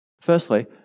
firstly